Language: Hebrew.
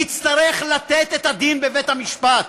יצטרך לתת את הדין בבית-המשפט,